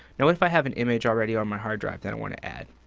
now what if i have an image already on my hard drive that i want to add?